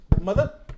Mother